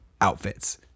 outfits